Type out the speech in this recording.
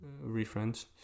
reference